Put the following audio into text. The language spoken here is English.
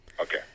Okay